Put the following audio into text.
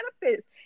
benefits